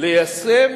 ליישם